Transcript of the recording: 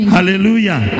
Hallelujah